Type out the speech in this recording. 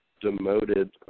demoted